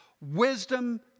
wisdom